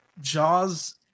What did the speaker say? Jaws